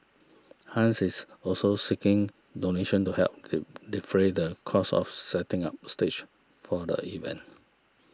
Hans is also seeking donations to help defray the cost of setting up the stage for the event